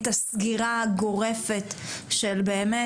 את הסגירה הגורפת של באמת,